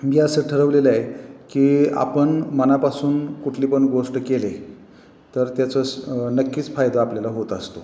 मी असं ठरवलेलं आहे की आपण मनापासून कुठली पण गोष्ट केले तर त्याचं स नक्कीच फायदा आपल्याला होत असतो